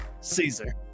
Caesar